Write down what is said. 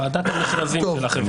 ועדת מכרזים של החברה.